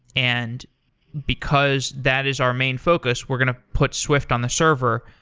and because that is our main focus, we're going to put swift on the server.